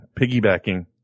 Piggybacking